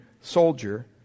soldier